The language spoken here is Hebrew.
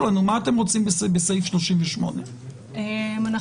לנו מה אתם רוצים בסעיף 38. תודה רבה.